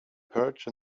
perch